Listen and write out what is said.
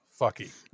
fucky